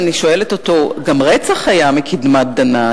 אני שואלת אותו: גם רצח היה מקדמת דנא.